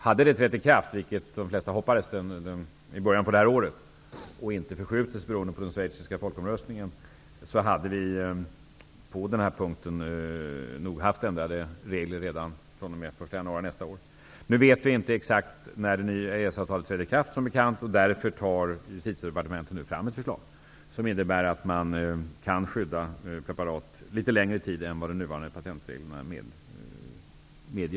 Om det hade trätt i kraft -- vilket de flesta hoppades -- i början på det här året, och inte förskjutits beroende på den schweiziska folkomröstningen, hade vi nog haft ändrade regler på den punkten redan fr.o.m. den 1 januari nästa år. Vi vet nu inte exakt när det nya EES-avtalet träder i kraft, och därför tar Justitiedepartementet nu fram ett förslag, som innebär att man kan skydda preparat litet längre tid än vad de nuvarande patentreglerna medger.